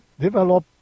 develop